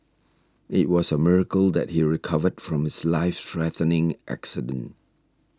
it was a miracle that he recovered from his life threatening accident